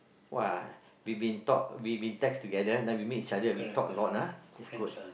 !wah! we been talk we been text together then we meet each other we talk a lot ah that's good